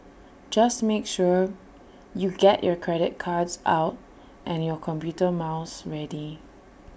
just make sure you get your credit cards out and your computer mouse ready